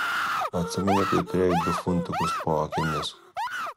atsimeni kai turėjai du funtikus po akimis